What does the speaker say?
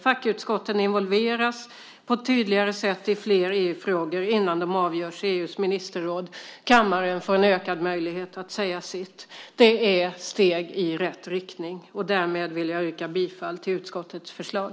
Fackutskotten involveras på ett tydligare sätt i flera EU-frågor innan de avgörs i EU:s ministerråd. Kammaren får en ökad möjlighet att säga sitt. Det är steg i rätt riktning. Därmed vill jag yrka bifall till utskottets förslag.